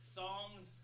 songs